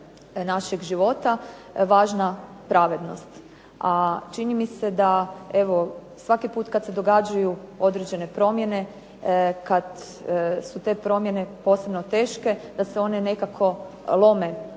našeg života važna pravednost, a čini mi se da evo svaki put kad se događaju određene promjene, kad su te promjene posebno teške da se one nekako lome